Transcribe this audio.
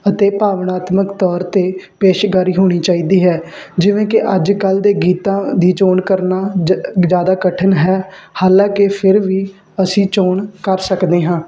ਅਤੇ ਭਾਵਨਾਤਮਕ ਤੌਰ ਤੇ ਪੇਸ਼ਗਾਰੀ ਹੋਣੀ ਚਾਹੀਦੀ ਹੈ ਜਿਵੇਂ ਕਿ ਅੱਜ ਕੱਲ ਦੇ ਗੀਤਾਂ ਦੀ ਚੋਣ ਕਰਨਾ ਜਿਆਦਾ ਕਠਿਨ ਹੈ ਹਾਲਾਂਕਿ ਫਿਰ ਵੀ ਅਸੀਂ ਚੋਣ ਕਰ ਸਕਦੇ ਹਾਂ